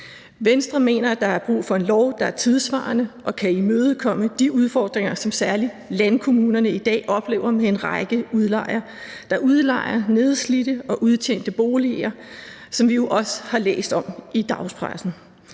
Venstre mener, at der er brug for en lov, der er tidssvarende, og som kan imødekomme de udfordringer, som særlig landkommunerne i dag oplever, med en række udlejere, der udlejer nedslidte og udtjente boliger, hvilket vi jo også har læst om i dagspressen.